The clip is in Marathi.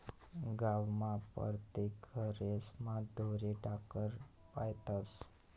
गावमा परतेक घरेस्मा ढोरे ढाकरे पायतस